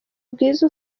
bwiza